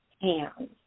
hands